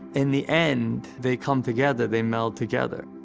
in the end they come together, they meld together.